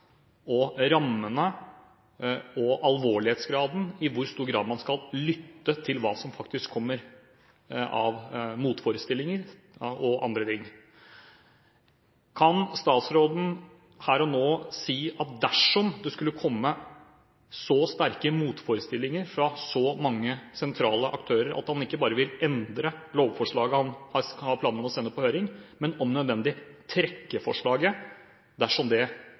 og rammene og alvorlighetsgraden med tanke på i hvor stor grad man skal lytte til hva som faktisk kommer av motforestillinger og andre ting? Kan statsråden her og nå si at dersom det skulle komme sterke motforestillinger fra så mange sentrale aktører, vil han ikke bare endre lovforslaget han har planer om å sende på høring, men om nødvendig trekke forslaget dersom det